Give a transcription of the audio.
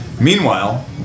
Meanwhile